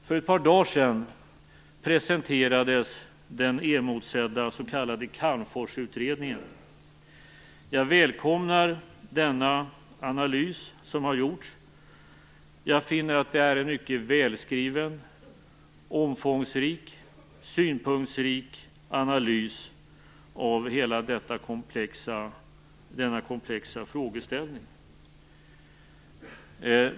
För ett par dagar sedan presenterades den emotsedda s.k. Calmforsutredningen. Jag välkomnar den analys som har gjorts. Jag finner att det är en mycket välskriven, omfångsrik och synpunktsrik analys av hela denna komplexa frågeställning.